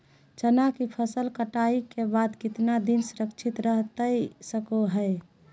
चना की फसल कटाई के बाद कितना दिन सुरक्षित रहतई सको हय?